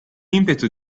impeto